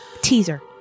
Teaser